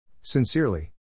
Sincerely